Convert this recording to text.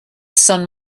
sun